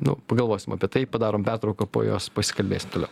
nu pagalvosim apie tai padarom pertrauką po jos pasikalbėsim toliau